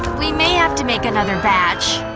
we may have to make another batch.